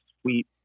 sweet